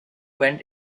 went